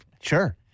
sure